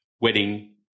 wedding